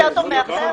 אתה יותר טוב מאחר?